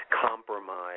compromise